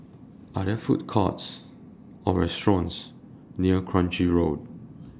Are There Food Courts Or restaurants near Kranji Road